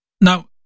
Now